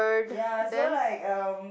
ya so like um